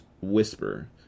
whisper